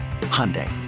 Hyundai